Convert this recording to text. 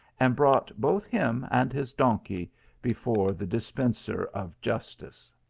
and brought both him and his donkey before the dispenser of justice.